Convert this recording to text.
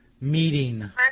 meeting